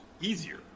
easier